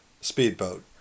speedboat